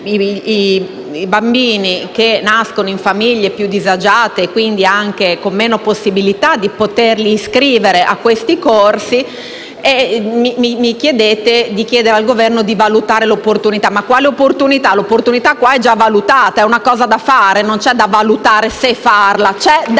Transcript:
i bambini, magari nati in famiglie più disagiate e quindi anche con meno possibilità di iscriverli a questi corsi e mi si invita a chiedere al Governo di valutare l'opportunità? Ma quale opportunità? L'opportunità è già stata valutata, è una cosa da fare e non c'è da "valutare se farla":